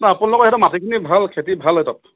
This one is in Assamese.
ন আপোনালোকৰ এটো মাটিখিনি ভাল খেতি ভাল হয় তাত